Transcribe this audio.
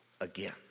again